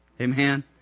Amen